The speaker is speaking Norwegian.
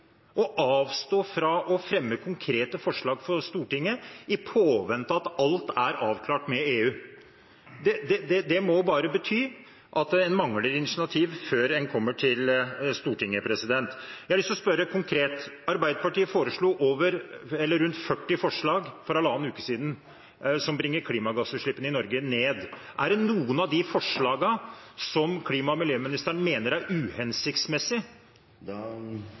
å avstå fra å fremme konkrete forslag for Stortinget i påvente av at alt er avklart med EU. Det må bare bety at en mangler initiativ før en kommer til Stortinget. Jeg har lyst til å spørre konkret: Arbeiderpartiet foreslo rundt 40 forslag for rundt halvannen uke siden som bringer klimagassutslippene i Norge ned. Er det noen av de forslagene som klima- og miljøministeren mener er